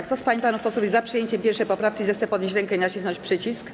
Kto z pań i panów posłów jest za przyjęciem 1. poprawki, zechce podnieść rękę i nacisnąć przycisk.